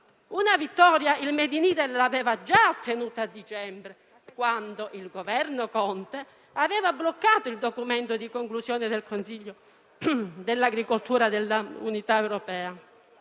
Una vittoria il *made in Italy* l'aveva già ottenuta a dicembre, quando il Governo Conte aveva bloccato il documento di conclusione del Consiglio agricoltura e pesca dell'Unione europea,